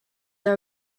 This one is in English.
are